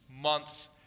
Month